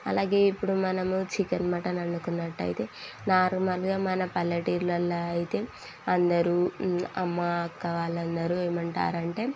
అలాగే ఇప్పుడు మనము చికెన్ మటన్ వండుకున్నట్టయితే నార్మల్గా మన పల్లెటూళ్ళలో అయితే అందరూ అమ్మ అక్క వాళ్ళందరూ ఏమంటారు అంటే